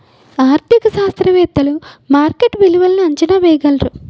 ఆర్థిక శాస్త్రవేత్తలు మార్కెట్ విలువలను అంచనా వేయగలరు